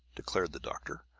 declared the doctor.